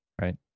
right